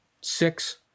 six